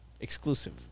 Exclusive